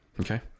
Okay